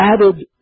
added